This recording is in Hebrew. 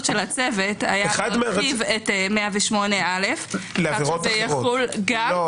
של הצוות הייתה להרחיב את 108א כך שזה יחול -- לעבירות אחרות.